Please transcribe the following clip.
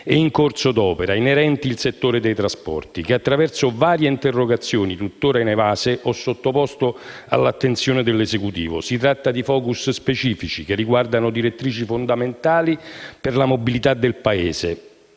e in corso d'opera inerenti il settore dei trasporti, che attraverso varie interrogazioni, tutt'ora inevase, ho sottoposto all'attenzione dell'Esecutivo. Si tratta di *focus* specifici, che riguardano direttrici fondamentali per la mobilità del Paese.